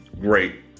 great